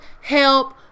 help